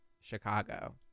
Chicago